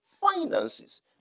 finances